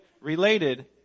related